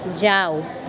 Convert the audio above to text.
જાઓ